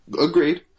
Agreed